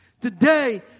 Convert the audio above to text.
Today